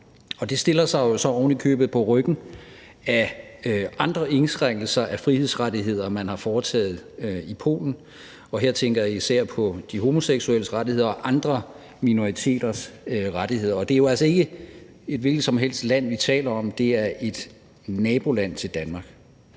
Det stiller sig jo så ovenikøbet på ryggen af andre indskrænkelser af frihedsrettigheder, man har foretaget i Polen, og her tænker jeg især på de homoseksuelles rettigheder og andre minoriteters rettigheder. Det er jo altså ikke et hvilket som helst land, vi taler om; det er et naboland til Danmark.